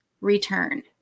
return